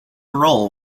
roll